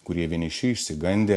kurie vieniši išsigandę